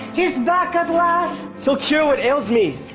his backup last fill cure what ails me.